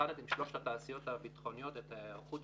יבחן עם שלוש התעשיות הביטחוניות הגדולות את היערכותן.